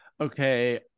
okay